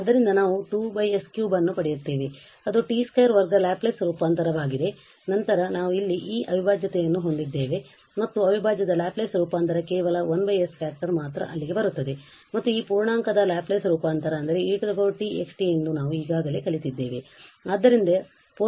ಆದ್ದರಿಂದ ನಾವು 2 s 3 ಅನ್ನು ಪಡೆಯುತ್ತೇವೆ ಅದು t 2 ವರ್ಗ ಲ್ಯಾಪ್ಲೇಸ್ ರೂಪಾಂತರವಾಗಿದೆ ನಂತರ ನಾವು ಅಲ್ಲಿ ಈ ಅವಿಭಾಜ್ಯತೆಯನ್ನು ಹೊಂದಿದ್ದೇವೆ ಮತ್ತು ಅವಿಭಾಜ್ಯದ ಲ್ಯಾಪ್ಲೇಸ್ ರೂಪಾಂತರ ಕೇವಲ 1 s ಫ್ಯಾಕ್ಟರ್ ಮಾತ್ರ ಅಲ್ಲಿಗೆ ಬರುತ್ತದೆ ಮತ್ತು ಈ ಪೂರ್ಣಾಂಕದ ಲ್ಯಾಪ್ಲೇಸ್ ರೂಪಾಂತರ ಅಂದರೆ e t x ಎಂದು ನಾವು ಈಗಾಗಲೇ ಕಲಿತಿದ್ದೇವೆ